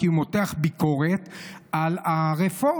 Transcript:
כי הוא מותח ביקורת על הרפורמה.